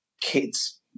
kids